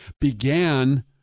began